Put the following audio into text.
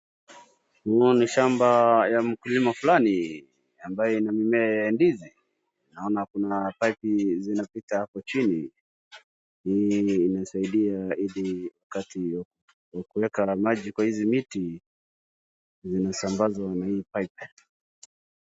Huo ni shamba ya mkulima fulani, ambaye ina mimea ya ndizi. Naona kuna pipe zinapita hapo chini. Hii inasaidia ili wakati wa kueka na maji kwa hizi miti zinasambazwa na hii pipe .